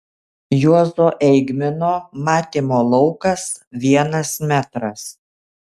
juozo eigmino matymo laukas vienas metras